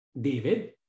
David